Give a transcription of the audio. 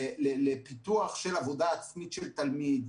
לפיתוח של עבודה עצמית של תלמיד.